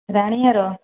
ରାଣୀହାର